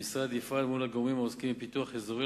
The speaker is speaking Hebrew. המשרד יפעל מול הגורמים העוסקים בפיתוח אזורי,